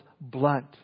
blunt